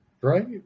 Right